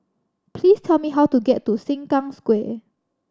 please tell me how to get to Sengkang Square